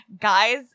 guys